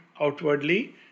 outwardly